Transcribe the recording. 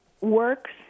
works